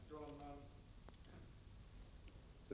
Herr talman!